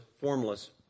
formless